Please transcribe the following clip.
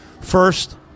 first